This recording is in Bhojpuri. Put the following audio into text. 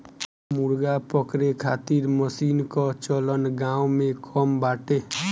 मुर्गा पकड़े खातिर मशीन कअ चलन गांव में कम बाटे